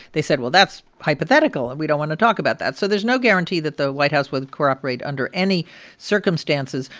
they said, well, that's hypothetical, and we don't want to talk about that. so there's no guarantee that the white house would cooperate under any circumstances.